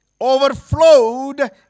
overflowed